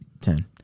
Ten